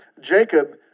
Jacob